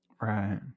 Right